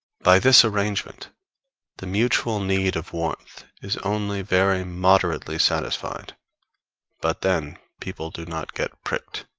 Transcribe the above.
by this arrangement the mutual need of warmth is only very moderately satisfied but then people do not get pricked.